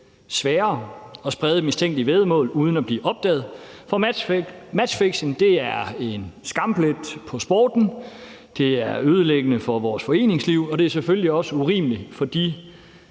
sværere at sprede mistænkelige væddemål uden at blive opdaget. For matchfixing er en skamplet på sporten, det er ødelæggende for vores foreningsliv, og det er selvfølgelig også urimeligt for de